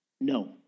No